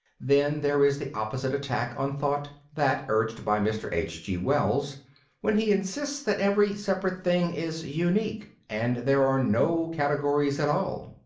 then there is the opposite attack on thought that urged by mr. h g wells when he insists that every separate thing is unique, and there are no categories at all.